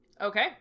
Okay